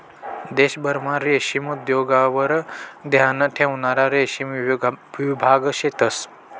देशभरमा रेशीम उद्योगवर ध्यान ठेवणारा रेशीम विभाग शेतंस